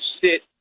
sit